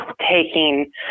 taking